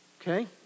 okay